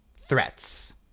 threats